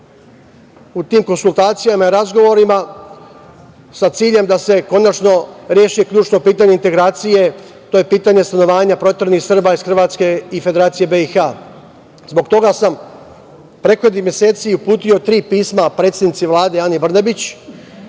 u tim konsultacijama i razgovorima sa ciljem da se konačno reši ključno pitanje integracije, to je pitanje stanovanja proteranih Srba iz Hrvatske i Federacije BiH. Zbog toga sam prethodnih meseci uputio tri pisma predsednici Vlade Ani Brnabić,